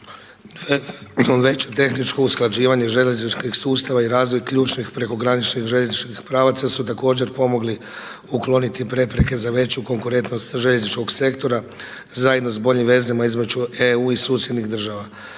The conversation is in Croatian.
Veće tehničko usklađivanje željezničkih sustava i razvoj ključnih prekograničnih željezničkih pravaca su također pomogli ukloniti prepreke za veću konkurentnost željezničkog sektora zajedno s boljim vezama između EU i susjednih država.